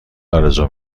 آرزو